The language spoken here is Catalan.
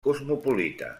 cosmopolita